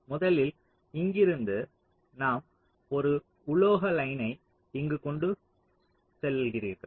முதலில் இங்கிருந்து நாம் ஒரு உலோகக் லைன்னை இங்கு கொண்டு செல்கிறீர்கள்